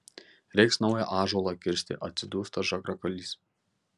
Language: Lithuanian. reiks naują ąžuolą kirsti atsidūsta žagrakalys